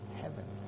heaven